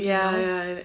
ya ya